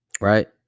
right